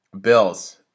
Bills